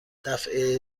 دفعه